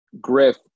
Griff